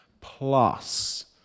plus